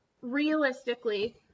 realistically